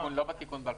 לא בתיקון ב-2002.